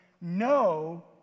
no